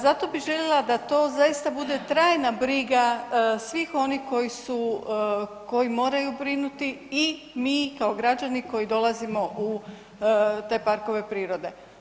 Zato bi željela da to zaista bude trajna briga svih onih koji su, koji moraju brinuti i mi kao građani koji dolazimo u te parkove prirode.